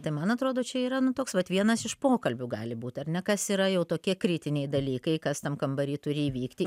tai man atrodo čia yra nu toks vat vienas iš pokalbių gali būt ar ne kas yra jau tokie kritiniai dalykai kas tam kambary turi įvykti